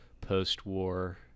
post-war